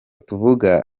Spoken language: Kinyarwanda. tuvuga